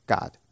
God